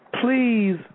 please